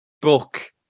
book